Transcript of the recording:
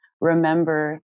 remember